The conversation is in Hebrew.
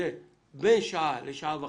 בין שעה לשעה וחצי.